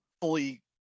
fully